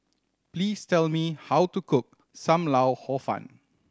please tell me how to cook Sam Lau Hor Fun